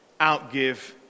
outgive